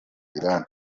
irani